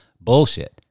bullshit